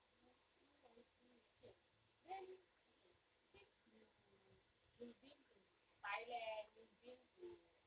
I see I see okay then okay since you you've been to thailand you've been to